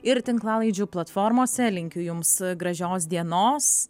ir tinklalaidžių platformose linkiu jums gražios dienos